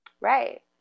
Right